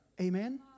Amen